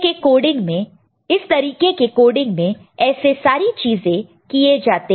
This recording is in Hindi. किस तरीके के कोडिंग में ऐसे सारी चीजें किए जाते हैं